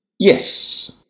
Yes